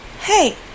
Hey